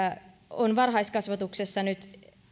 on varhaiskasvatuksessa